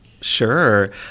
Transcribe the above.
Sure